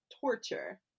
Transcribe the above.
torture